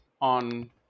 on